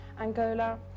Angola